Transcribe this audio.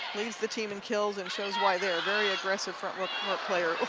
leads the team in kills and shows why they are a very aggressive front player.